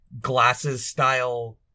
glasses-style